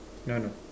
no no